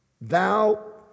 Thou